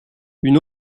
une